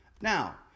Now